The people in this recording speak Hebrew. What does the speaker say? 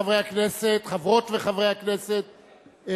חברות וחברי הכנסת,